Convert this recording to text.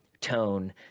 tone